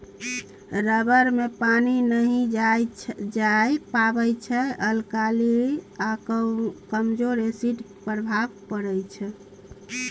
rubber मे पानि नहि जाए पाबै छै अल्काली आ कमजोर एसिड केर प्रभाव परै छै